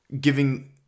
giving